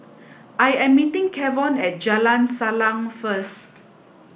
I am meeting Kevon at Jalan Salang first